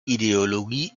ideologie